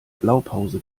blaupause